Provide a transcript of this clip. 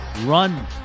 Run